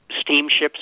steamships